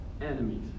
enemies